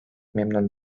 memnun